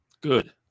Good